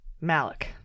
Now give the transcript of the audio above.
malik